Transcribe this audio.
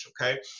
okay